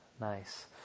Nice